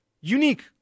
unique